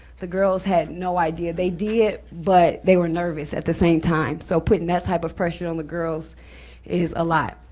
girls had no idea. they did, but they were nervous at the same time, so putting that type of pressure on the girls is a lot.